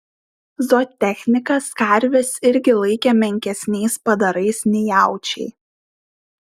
zootechnikas karves irgi laikė menkesniais padarais nei jaučiai